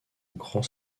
grand